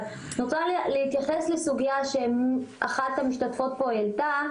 אבל אני רוצה להתייחס לסוגיה שאחת המשתתפות פה העלתה,